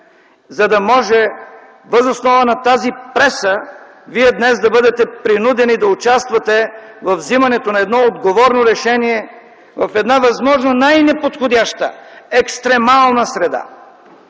за да може въз основа на тази преса вие днес да бъдете принудени да участвате във взимането на едно отговорно решение в една възможно най-неподходяща, екстремална среда.